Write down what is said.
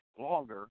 longer